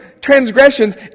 transgressions